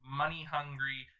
money-hungry